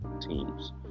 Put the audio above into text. teams